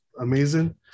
amazing